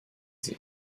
sie